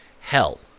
hell